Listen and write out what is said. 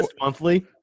monthly